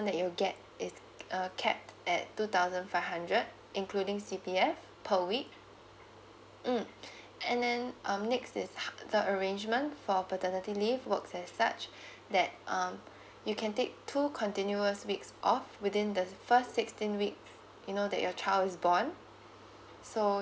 that you get it's uh capped at two thousand five hundred including C_P_F per week mm and then um next is ho~ the arrangement for paternity leave works as such that um you can take two continuous weeks off within the first sixteen weeks you know that your child is born so